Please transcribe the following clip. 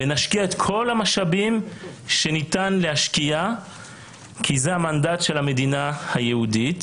נשקיע את כל המשאבים שניתן להשקיע כי זה המנדט של המדינה היהודית,